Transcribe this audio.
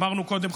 אמרנו קודם,